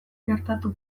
gertatu